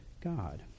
God